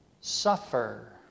suffer